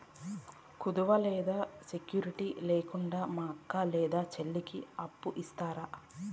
కుదువ లేదా సెక్యూరిటి లేకుండా మా అక్క లేదా చెల్లికి అప్పు ఇస్తారా?